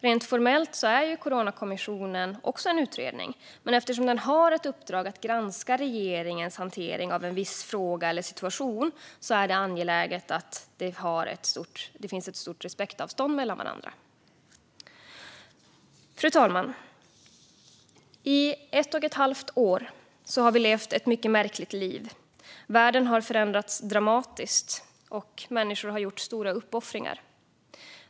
Rent formellt är ju Coronakommissionen också en utredning, men eftersom den har ett uppdrag att granska regeringens hantering av en viss fråga eller situation är det angeläget att de har ett stort respektavstånd mellan varandra. Fru talman! I ett och ett halvt år har vi levt ett mycket märkligt liv. Världen har förändrats dramatiskt, och människor har gjort stora uppoffringar.